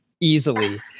easily